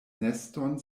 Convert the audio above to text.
neston